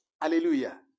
Hallelujah